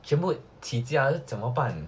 全部起价了怎么办